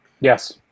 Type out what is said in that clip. Yes